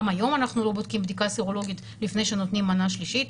גם היום אנחנו לא בודקים בדיקה סרולוגית לפני שנותנים מנה שלישית,